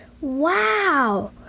Wow